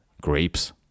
grapes